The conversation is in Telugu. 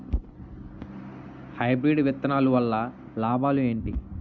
హైబ్రిడ్ విత్తనాలు వల్ల లాభాలు ఏంటి?